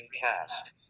cast